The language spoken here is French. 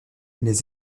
les